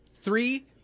Three